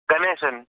Ganesan